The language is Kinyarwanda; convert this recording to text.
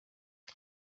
aba